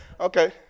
okay